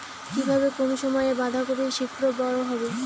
কিভাবে কম সময়ে বাঁধাকপি শিঘ্র বড় হবে?